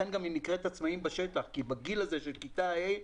לכן גם היא נקראת עצמאים בשטח כי בגיל הזה של כיתה ה',